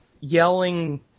yelling